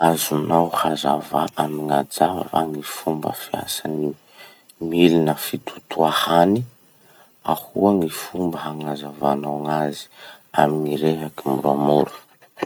Azonao hazavà amy gn'ajà va ny fomba ny milina fitotoa hany? Ahoa gny fomba hagnazavanao gn'azy amy gny rehaky moramora.